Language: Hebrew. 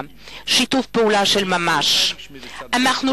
שיתוף פעולה של ממש בין קהילות אזרחיות.